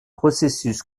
processus